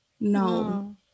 No